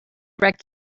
wreck